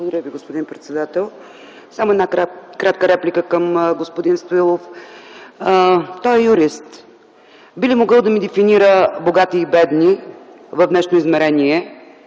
Благодаря Ви, господин председател. Само една кратка реплика към господин Стоилов. Той е юрист. Би ли могъл да ми дефинира „богати” и „бедни” в днешно измерение?